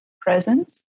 presence